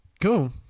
Cool